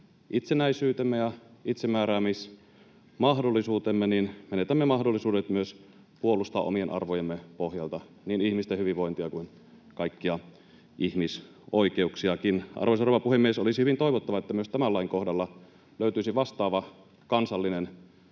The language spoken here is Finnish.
itsenäisyytemme ja itsemääräämismahdollisuutemme, niin menetämme myös mahdollisuudet puolustaa omien arvojemme pohjalta niin ihmisten hyvinvointia kuin kaikkia ihmisoikeuksiakin. Arvoisa rouva puhemies! Olisi hyvin toivottavaa, että myös tämän lain kohdalla löytyisi vastaava kansallinen